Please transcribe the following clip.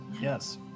yes